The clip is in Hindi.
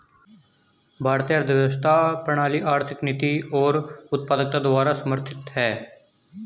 भारतीय अर्थव्यवस्था प्रणाली आर्थिक नीति और उत्पादकता द्वारा समर्थित हैं